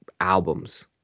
albums